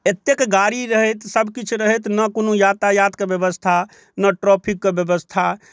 एतेक गाड़ी रहैत सब किछु रहैत ने कोनो यातायात के बेबस्था ने ट्रैफिकके बेबस्था